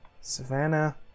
Savannah